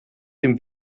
dem